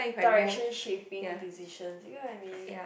direction shaping decision you know what I mean